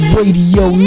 Radio